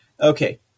Okay